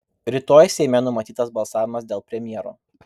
rytoj seime numatytas balsavimas dėl premjero